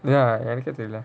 ya எனக்கே தெரில:ennakkae terila